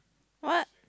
what